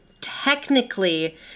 technically